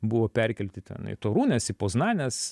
buvo perkelti ten į torūnės į poznanės